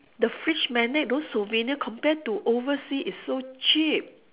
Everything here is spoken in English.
the fridge magnet those souvenir compare to oversea is so cheap